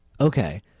Okay